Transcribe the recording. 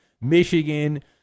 Michigan